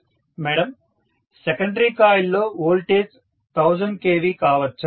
student madam secondary coil లో voltage 1000 kV కావచ్చా